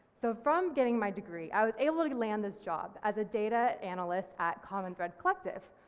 so from getting my degree, i was able to land this job as a data analyst at common thread collective,